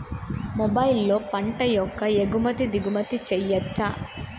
మొబైల్లో పంట యొక్క ఎగుమతి దిగుమతి చెయ్యచ్చా?